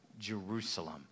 Jerusalem